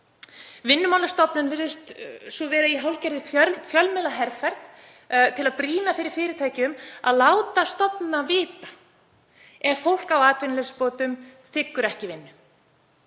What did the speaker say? Vinnumálastofnun virðist svo vera í hálfgerðri fjölmiðlaherferð til að brýna fyrir fyrirtækjum að láta stofnunina vita ef fólk á atvinnuleysisbótum þiggur ekki vinnu.